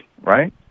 right